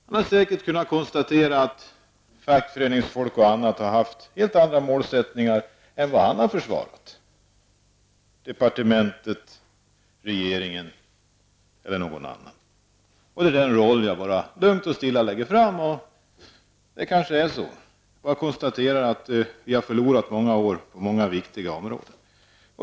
Han har säkert kunnat konstatera att fackföreningsfolk och andra har haft helt andra målsättningar än de som han har försvarat och som kommit från departementet, regeringen osv. Det är den roll som jag lugnt och stilla presenterar, och kanske förhåller det sig så. Jag konstaterar att vi har förlorat många år på många viktiga områden.